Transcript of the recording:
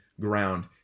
Ground